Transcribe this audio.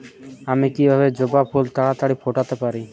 আমি কিভাবে জবা ফুল তাড়াতাড়ি ফোটাতে পারি?